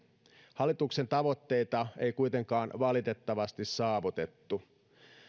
hallituksen tavoitteita ei kuitenkaan valitettavasti saavutettu